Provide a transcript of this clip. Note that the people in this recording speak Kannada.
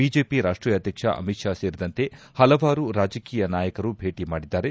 ಬಿಜೆಪಿ ರಾಷ್ಟೀಯ ಅಧ್ಯಕ್ಷ ಅಮಿತ್ ಶಾ ಸೇರಿದಂತೆ ಪಲವಾರು ರಾಜಕೀಯ ನಾಯಕರು ಭೇಟಿ ಮಾಡಿದ್ದಾರೆ